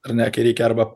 ar ne kai reikia arba